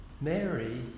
Mary